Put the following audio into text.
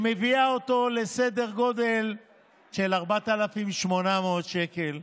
שמביאה אותו לסדר גודל של 4,800 שקל,